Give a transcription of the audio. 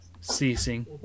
ceasing